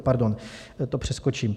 Pardon, to přeskočím.